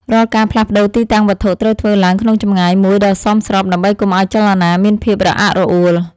រាល់ការផ្លាស់ប្តូរទីតាំងវត្ថុត្រូវធ្វើឡើងក្នុងចម្ងាយមួយដ៏សមស្របដើម្បីកុំឱ្យចលនាមានភាពរអាក់រអួល។